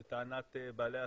לטענת בעלי העסקים,